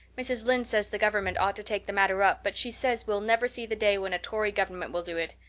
mrs. lynde says the government ought to take the matter up, but she says we'll never see the day when a tory government will do it.